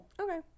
Okay